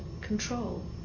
control